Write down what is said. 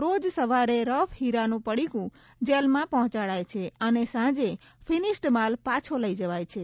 રોજ સવારે રફ હીરાનું પડિકું જેલમાં પહોંચાડાય છે અને સાંજે ફિનિશ્ડ માલ પાછો લઇ જવાય છે